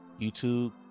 youtube